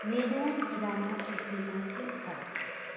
मेरो किराना सुचीमा के छ